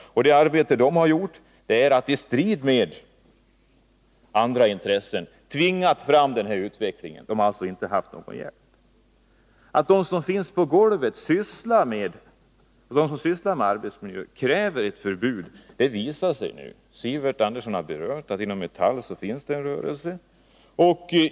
Det de har gjort är att de i strid med andra intressen har tvingat fram den här utvecklingen. De har alltså inte haft någon hjälp. Att folk som sysslar med arbetsmiljö kräver ett förbud mot asbest visar sig nu. Sivert Andersson har berört detta och sagt att det inom Metall finns en sådan rörelse.